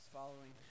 following